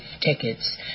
tickets